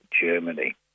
Germany